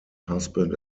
husband